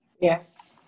yes